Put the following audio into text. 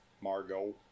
Margot